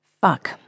Fuck